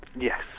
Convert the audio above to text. Yes